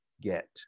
get